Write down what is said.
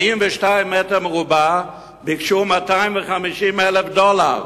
ביקשו 250,000 דולר.